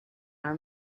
are